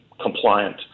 compliant